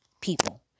people